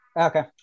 Okay